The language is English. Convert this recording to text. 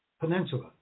Peninsula